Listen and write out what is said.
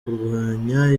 kurwanya